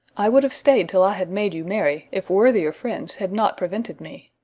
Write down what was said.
i would have stay'd till i had made you merry, if worthier friends had not prevented me.